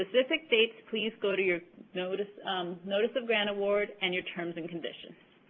specific dates, please go to your notice notice of grant award and your terms and conditions.